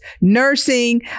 nursing